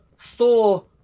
Thor